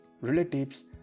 relatives